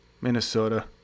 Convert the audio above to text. Minnesota